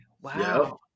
Wow